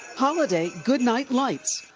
holiday good night lights.